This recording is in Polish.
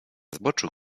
zboczu